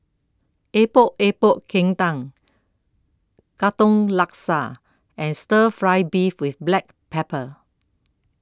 Epok Epok Kentang Katong Laksa and Stir Fry Beef with Black Pepper